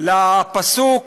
לפסוק